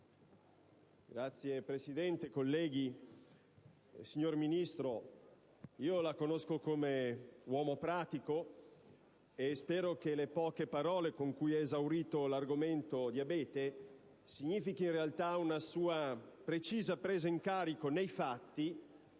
Presidente. Signor Ministro, io la conosco come uomo pratico e spero che le poche parole con cui ha esaurito l'argomento "diabete" significhino, in realtà, una sua precisa presa in carico, nei fatti,